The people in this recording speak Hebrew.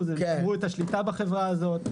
אחוזים אלא ב-50.1 אחוזים.